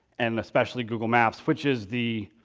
and especially google maps, which is the